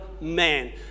man